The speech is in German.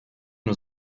nur